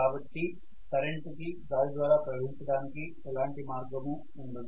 కాబట్టి కరెంటు కి గాలి ద్వారా ప్రవహించడానికి ఎలాంటి మార్గమూ ఉండదు